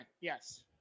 Yes